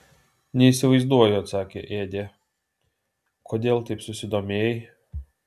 neįsivaizduoju atsakė ėdė kodėl taip susidomėjai